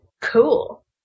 cool